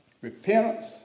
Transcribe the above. Repentance